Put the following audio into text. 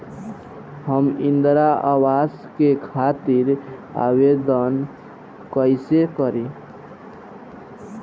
हम इंद्रा अवास के खातिर आवेदन कइसे करी?